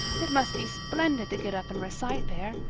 it must be splendid to get up and recite there.